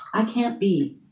i can't be.